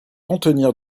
contenir